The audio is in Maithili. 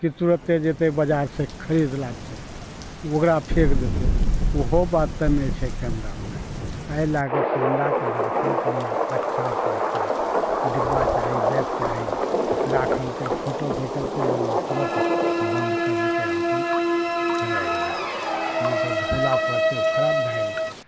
कि तुरते जेतै बजार से खरीद लाबतै ओकरा फेक देतै ओहो बात तऽ नहि छै कैमरामे एहि लए कऽ कैमराके राखैके लिए अच्छा से अच्छा डिब्बा चाही बैग चाही राखलकै फोटो घीचलकै ओइमे तुरत बंद करलकै अपन राइख देलकै नै तऽ धोला पड़ तऽ उ तऽ खराब भए जेतै